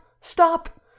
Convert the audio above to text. Stop